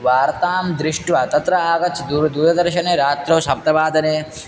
वार्तां दृष्ट्वा तत्र आगच्छ दूरं दूरदर्शने रात्रौ सप्तवादने